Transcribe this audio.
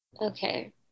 okay